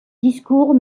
discours